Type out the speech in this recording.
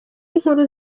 inkuru